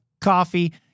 coffee